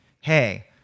hey